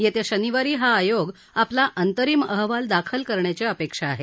येत्या शनिवारी हा आयोग आपला अंतरिम अहवाल दाखल करण्याची अपेक्षा आहे